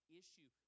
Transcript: issue